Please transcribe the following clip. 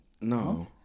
No